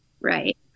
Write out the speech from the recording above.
right